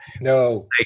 No